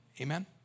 Amen